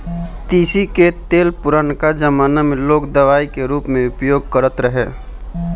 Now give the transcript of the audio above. तीसी कअ तेल पुरनका जमाना में लोग दवाई के रूप में उपयोग करत रहे